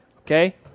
okay